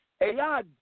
AI